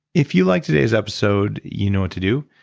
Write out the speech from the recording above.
if you liked today's episode, you know what to do.